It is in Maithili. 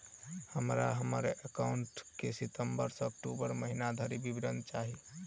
हमरा हम्मर एकाउंट केँ सितम्बर सँ अक्टूबर महीना धरि विवरण चाहि?